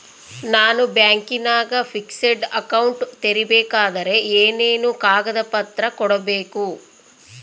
ನಾನು ಬ್ಯಾಂಕಿನಾಗ fixed account ತೆರಿಬೇಕಾದರೆ ಏನೇನು ಕಾಗದ ಪತ್ರ ಕೊಡ್ಬೇಕು?